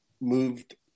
moved